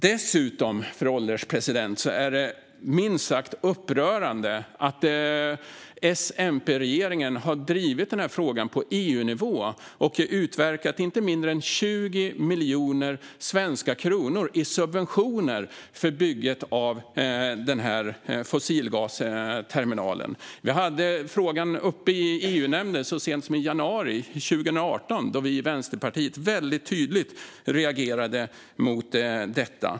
Dessutom, fru ålderspresident, är det minst sagt upprörande att S-MP-regeringen har drivit denna fråga på EU-nivå och utverkat inte mindre än 20 miljoner svenska kronor i subventioner för bygget av denna fossilgasterminal. Vi hade frågan uppe i EU-nämnden så sent som i januari 2018, då vi i Vänsterpartiet väldigt tydligt reagerade mot detta.